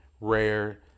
rare